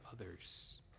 others